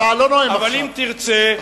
אבל אם תרצה,